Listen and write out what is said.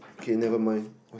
okay never mind